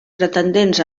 pretendents